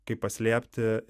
kaip paslėpti